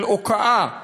של הוקעת אלימות,